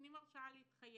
נותנים הרשאה להתחייב,